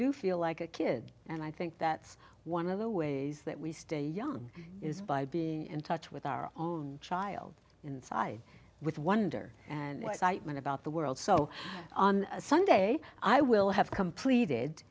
do feel like a kid and i think that one of the ways that we stay young is by being in touch with our own child inside with wonder and siteman about the world so someday i will have completed